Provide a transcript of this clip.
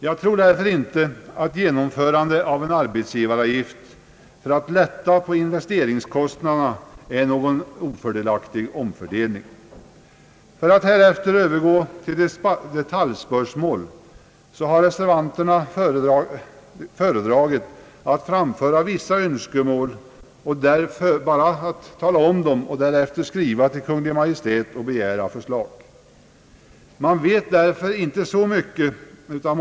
Jag tror därför inte att genomförandet av en arbetsgivaravgift för att lätta på investeringskostnaderna innebär någon ofördelaktig omfördelning. Beträffande detaljspörsmålen har reservanterna föredragit att framföra vissa önskemål och därefter önska skrivelse till Kungl. Maj:t och begära för Ang. den ekonomiska politiken, m.m. slag.